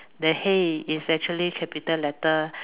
the hey is actually capital letter